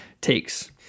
takes